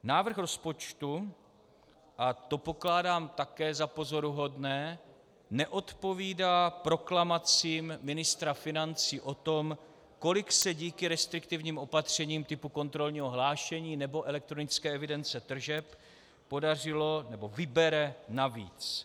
Návrh rozpočtu, a to pokládám také za pozoruhodné, neodpovídá proklamacím ministra financí o tom, kolik se díky restriktivním opatřením typu kontrolního hlášení nebo elektronické evidence tržeb vybere navíc.